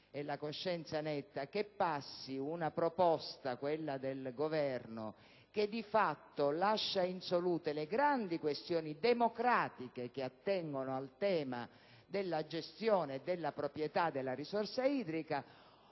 - come si suol dire, che passi una proposta, quella del Governo, che, di fatto, lascia insolute le grandi questioni democratiche che attengono al tema della gestione e della proprietà della risorsa idrica,